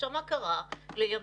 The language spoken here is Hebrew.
מה קרה לימים?